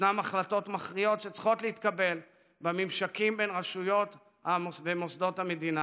ישנן החלטות מכריעות שצריכות להתקבל בממשקים בין רשויות למוסדות המדינה.